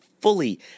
fully